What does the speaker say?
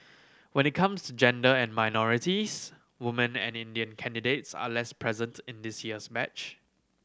when it comes to gender and minorities woman and Indian candidates are less present in this year's match